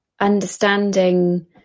understanding